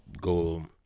go